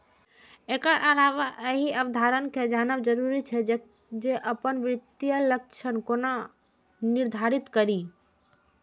एकर अलावे एहि अवधारणा कें जानब जरूरी छै, जे अपन वित्तीय लक्ष्य कोना निर्धारित करी